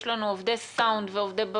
יש לנו עובדי סאונד, עובדי במה,